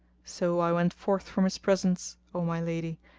so i went forth from his presence, o my lady,